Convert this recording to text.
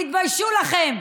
תתביישו לכם.